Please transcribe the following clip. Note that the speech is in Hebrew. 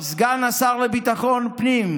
סגן השר לביטחון פנים.